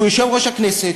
שהוא יושב-ראש הכנסת,